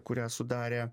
kurią sudarė